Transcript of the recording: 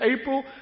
April